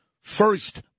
first